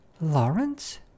Lawrence